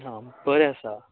हां बरें आसा